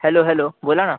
hello hello बोला ना